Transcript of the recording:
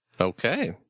Okay